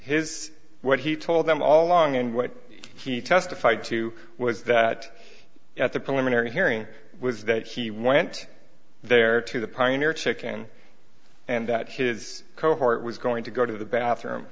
his what he told them all along and what he testified to was that at the preliminary hearing was that he went there to the pioneer chicken and that his cohort was going to go to the bathroom